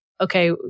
okay